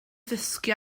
ddysgu